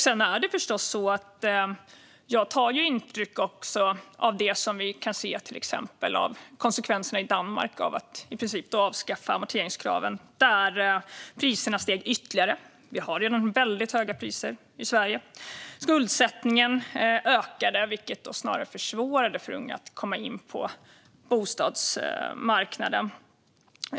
Sedan tar jag förstås intryck till exempel av konsekvenserna i Danmark av att i princip avskaffa amorteringskraven. Priserna steg ytterligare. Vi har redan väldigt höga priser i Sverige. Skuldsättningen ökade, vilket snarare försvårade för unga att komma in på bostadsmarknaden.